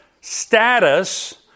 status